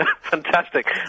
Fantastic